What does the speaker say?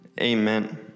Amen